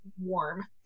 warm